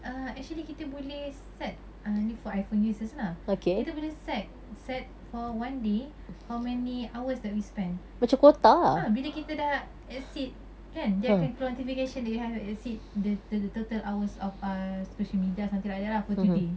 err actually kita boleh set for err ni for iPhone users lah kita boleh set set for one day how many hours that we spend ah bila kita dah exceed kan dia akan keluar notification that you have exceed the the total hours of err social media or something like that lah for today